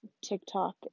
TikTok